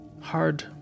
hard